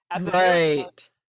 Right